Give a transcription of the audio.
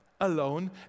alone